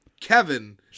Kevin